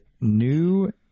new